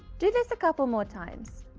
do this a couple more times.